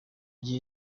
gihe